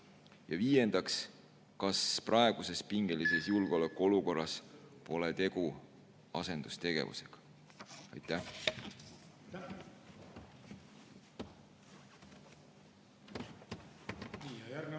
Ja viiendaks, kas praeguses pingelises julgeolekuolukorras pole tegu asendustegevusega? Aitäh!